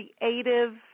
creative